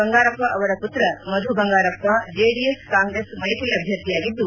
ಬಂಗಾರಪ್ಪ ಅವರ ಪುತ್ರ ಮಧು ಬಂಗಾರಪ್ಪ ಜೆಡಿಎಸ್ ಕಾಂಗ್ರೆಸ್ ಮೈತ್ರಿ ಅಭ್ದರ್ಥಿಯಾಗಿದ್ದು